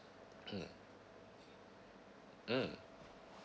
mm